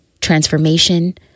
transformation